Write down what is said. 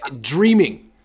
Dreaming